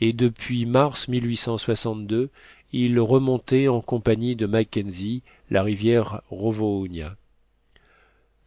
et depuis mars il remontait en compagnie de mackensie la rivière rovoonia